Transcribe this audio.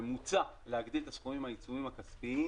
ומוצע להגדיל את סכום העיצומים הכספיים